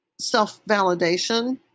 self-validation